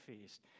feast